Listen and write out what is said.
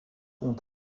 ont